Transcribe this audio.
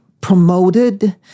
promoted